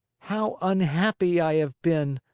how unhappy i have been,